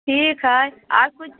ठीक हय आओर कुछ